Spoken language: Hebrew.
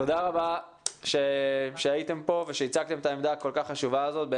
תודה רבה שהייתם כאן ושהצגתם את העמדה הכול כך חשובה הזאת.